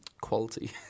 quality